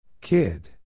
Kid